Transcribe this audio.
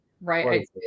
right